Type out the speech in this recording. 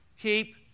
Keep